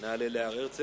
נעלה להר הרצל.